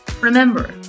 Remember